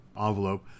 envelope